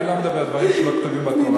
אני לא מדבר דברים שלא כתובים בתורה.